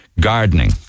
gardening